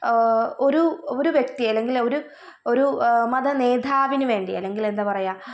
ഒരു ഒരു വ്യക്തി അല്ലെങ്കിൽ ഒരു ഒരു മതനേതാവിനു വേണ്ടി അല്ലെങ്കിലെന്താ പറയുക